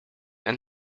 and